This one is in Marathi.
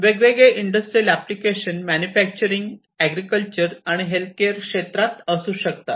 वेगवेगळे इंडस्ट्रियल एप्लिकेशन्स मॅन्युफॅक्चरिंग एग्रीकल्चर आणि हेल्थकेअर क्षेत्रातले असू शकतात